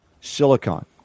silicon